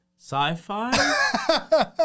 sci-fi